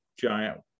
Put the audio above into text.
giant